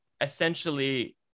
essentially